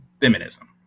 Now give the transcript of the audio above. feminism